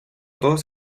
todos